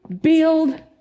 build